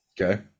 Okay